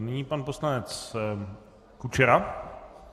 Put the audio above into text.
Nyní pan poslanec Kučera.